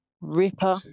ripper